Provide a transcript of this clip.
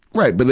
right. but it,